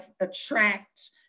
attract